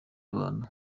abantu